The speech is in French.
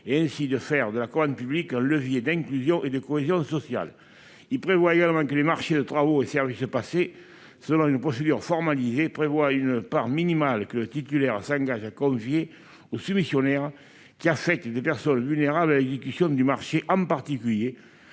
ainsi de faire de la commande publique un levier d'inclusion et de cohésion sociale. Il est également proposé que les marchés de travaux et services passés selon une procédure formalisée prévoient une part minimale que le titulaire s'engage à confier aux soumissionnaires affectant des personnes vulnérables à l'exécution du marché, en particulier